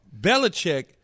Belichick